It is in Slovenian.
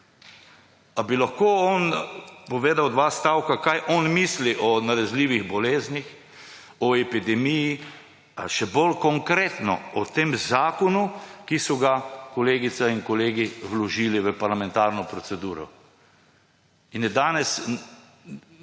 Ali bi lahko on povedal dva stavka, kaj on misli od nalezljivih boleznih, o epidemiji, a še bolj konkretno o tem zakonu ki so ga kolegica in kolegi vložili v parlamentarno proceduro? To je danes